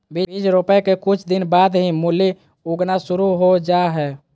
बीज रोपय के कुछ दिन बाद ही मूली उगना शुरू हो जा हय